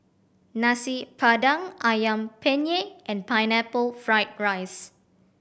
Nasi Padang Ayam Penyet and Pineapple Fried rice